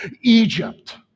Egypt